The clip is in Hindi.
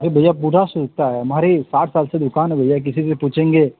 अरे भैया गुढ़ा सेवहै हमारी साठ साल से दुकान है भैया किसी से पूछेंगे